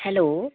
hello